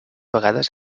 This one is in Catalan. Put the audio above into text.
vegades